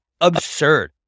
absurd